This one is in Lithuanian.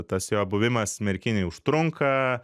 tas jo buvimas merkinėj užtrunka